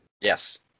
Yes